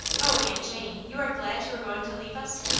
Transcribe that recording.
oh, aunt jane! you are glad you are going to leave us!